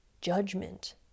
judgment